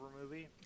movie